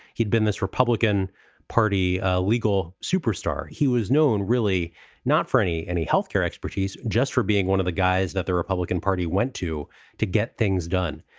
he'd been this republican party legal superstar. he was known really not for any any health care expertise, just for being one of the guys that the republican party went to to get things done.